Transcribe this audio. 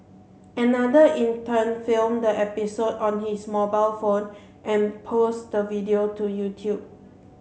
another intern filmed the episode on his mobile phone and posted the video to YouTube